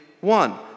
one